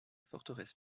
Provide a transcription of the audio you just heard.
forteresse